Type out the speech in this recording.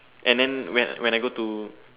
and then when when I go to